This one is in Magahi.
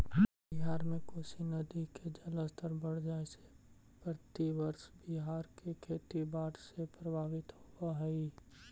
बिहार में कोसी नदी के जलस्तर बढ़ जाए से प्रतिवर्ष बिहार के खेती बाढ़ से प्रभावित होवऽ हई